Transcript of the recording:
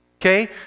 Okay